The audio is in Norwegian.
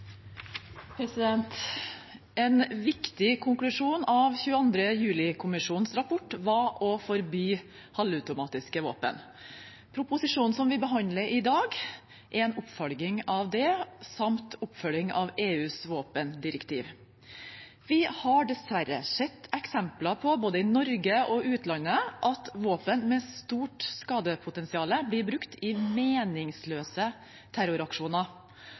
En viktig konklusjon av 22. juli-kommisjonens rapport var å forby halvautomatiske våpen. Proposisjonen som vi behandler i dag, er en oppfølging av det samt oppfølging av EUs våpendirektiv. Vi har dessverre sett eksempler på både i Norge og i utlandet at våpen med stort skadepotensial blir brukt i meningsløse terroraksjoner